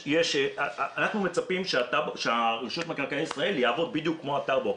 אנחנו מצפים שרמ"י יעבוד בדיוק כמו טאבו.